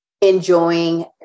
enjoying